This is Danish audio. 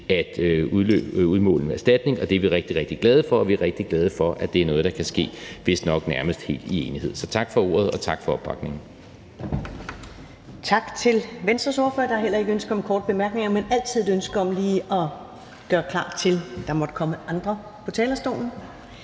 at udmåle en erstatning. Det er vi rigtig, rigtig glade for, og vi er rigtig glade for, at det er noget, der kan ske vistnok nærmest helt i enighed. Så tak for ordet, og tak for opbakningen. Kl. 10:01 Første næstformand (Karen Ellemann): Tak til Venstres ordfører. Der er ikke ønske om korte bemærkninger, men der er altid et ønske om lige at gøre klar til, at der kommer andre på talerstolen.